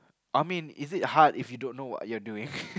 I mean is it hard if you don't know what you're doing